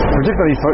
particularly